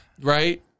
Right